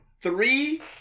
Three